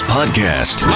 Podcast